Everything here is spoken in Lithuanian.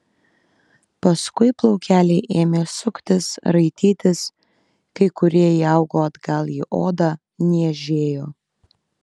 paskui plaukeliai ėmė suktis raitytis kai kurie įaugo atgal į odą niežėjo